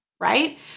right